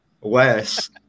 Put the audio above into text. Wes